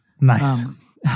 Nice